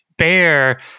bear